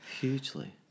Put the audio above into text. hugely